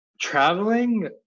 Traveling